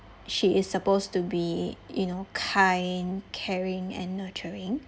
she is supposed to be you know kind caring and nurturing